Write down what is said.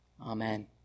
Amen